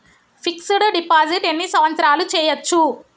Fix డ్ deposit ఎన్ని సంవత్సరాలు చేయచ్చు?